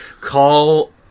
call